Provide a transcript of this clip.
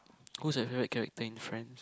who's your favourite character in Friends